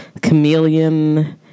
chameleon